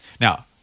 Now